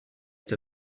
the